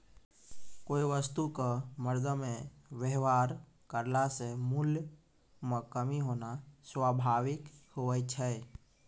कोय वस्तु क मरदमे वेवहार करला से मूल्य म कमी होना स्वाभाविक हुवै छै